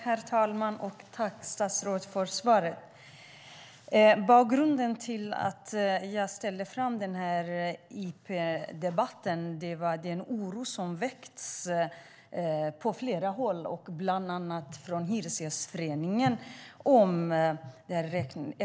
Herr talman! Tack, statsrådet, för svaret! Bakgrunden till att jag ställde den här interpellationen var den oro som har väckts på flera håll, bland annat från Hyresgästföreningen.